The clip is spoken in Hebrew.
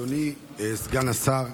אדוני סגן השר.